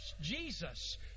Jesus